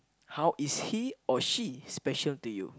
how is he or she special to you